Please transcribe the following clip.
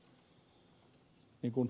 kun ed